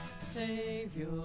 Savior